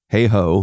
Hey-ho